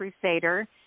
Crusader